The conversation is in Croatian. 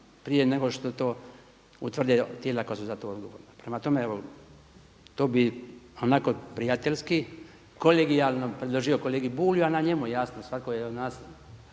prije nego što to utvrde tijela koja su za to odgovorna. Prema tome, evo to bi onako prijateljski, kolegijalno predložio kolegi Bulju a na njemu je jasno, svatko je od nas